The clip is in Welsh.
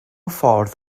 ffordd